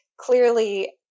clearly